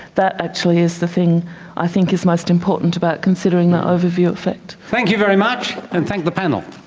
that actually is the thing i think is most important about considering the overview effect. thank you very much, and thank the panel.